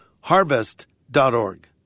harvest.org